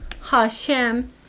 Hashem